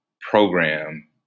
program